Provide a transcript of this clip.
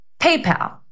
PayPal